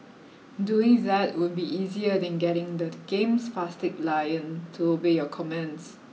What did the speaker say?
doing that would be easier than getting that game's spastic lion to obey your commands